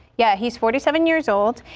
yeah, he's forty seven years old.